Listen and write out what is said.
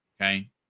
Okay